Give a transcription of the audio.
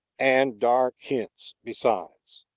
and dark hints besides.